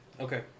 Okay